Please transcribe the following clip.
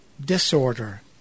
disorder